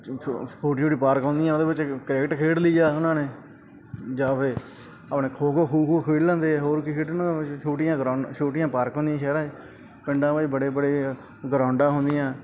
ਛੋਟੀ ਛੋਟੀ ਪਾਰਕ ਹੁੰਦੀਆਂ ਉਹਦੇ ਵਿੱਚ ਕ੍ਰਿਕਟ ਖੇਡ ਲਈ ਆ ਉਹਨਾਂ ਨੇ ਜਾਂ ਫਿਰ ਆਪਣੇ ਖੋ ਖੋ ਖੋ ਖੂ ਖੇਡ ਲੈਂਦੇ ਆ ਹੋਰ ਕੀ ਖੇਡਣਾ ਛੋਟੀਆਂ ਗਰਾਊਂਡ ਛੋਟੀਆਂ ਪਾਰਕ ਹੁੰਦੀਆਂ ਸ਼ਹਿਰਾਂ 'ਚ ਪਿੰਡਾਂ ਵਿੱਚ ਬੜੇ ਬੜੇ ਗਰਾਉਂਡਾਂ ਹੁੰਦੀਆਂ